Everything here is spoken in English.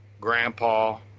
grandpa